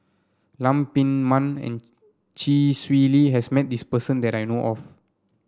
Lam Pin Min and Chee Swee Lee has met this person that I know of